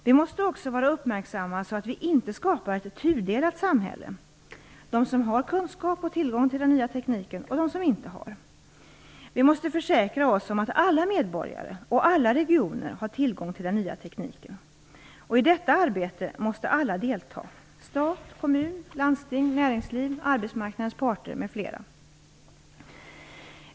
Vi måste också vara uppmärksamma så att vi inte skapar ett tudelat samhälle - de som har kunskap och tillgång till den nya tekniken och de som inte har det. Vi måste försäkra oss om att alla medborgare och alla regioner har tillgång till den nya tekniken. I detta arbete måste alla delta: stat, kommun, landsting, näringsliv, arbetsmarknadens parter m.fl.